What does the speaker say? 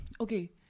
Okay